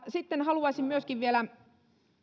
sitten haluaisin myöskin vielä